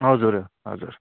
हजुर हजुर